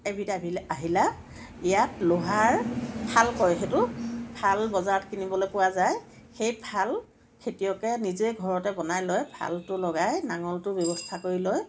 এবিধ আহিলা ইয়াত লোহাৰ ফাল কয় সেইটো ফাল বজাৰত কিনিবলৈ পোৱা যায় সেই ফাল খেতিয়কে নিজে ঘৰতে বনাই লয় ফালটো লগাই নাঙলটো ব্যৱস্থা কৰি লয়